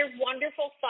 wonderful